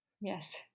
Yes